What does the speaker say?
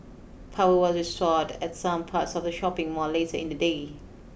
power was reshored at some parts of the shopping mall later in the day